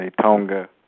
Tonga